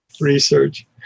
research